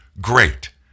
Great